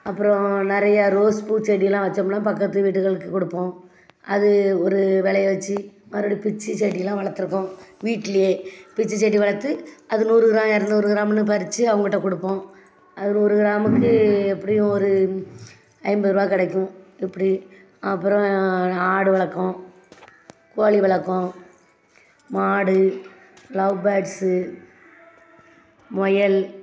அப்புறம் நிறைய ரோஸ் பூ செடிலாம் வச்சோம்னால் பக்கத்து வீடுகளுக்குக் கொடுப்போம் அது ஒரு விளைய வச்சு மறுபடியும் பிச்சு செடிலாம் வளர்த்துருக்கோம் வீட்டிலையே பிச்ச செடி வளர்த்து அது நூறு கிராம் இரநூறு கிராம்னு பறித்து அவங்கட்ட கொடுப்போம் அதில் ஒரு கிராமுக்கு எப்படியும் ஒரு ஐம்பது ருபா கிடைக்கும் இப்படி அப்புறம் ஆடு வளர்க்கோம் கோழி வளர்க்கோம் மாடு லவ் பேர்ட்ஸ்ஸு முயல்